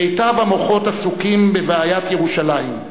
מיטב המוחות עסוקים בבעיית ירושלים.